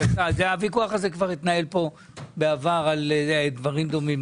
הוויכוח הזה כבר התנהל פה בעבר על דברים דומים,